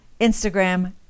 Instagram